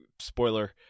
spoiler